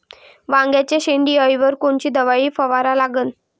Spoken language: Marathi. वांग्याच्या शेंडी अळीवर कोनची दवाई फवारा लागन?